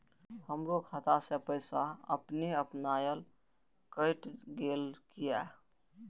हमरो खाता से पैसा अपने अपनायल केट गेल किया?